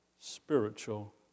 spiritual